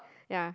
yaeh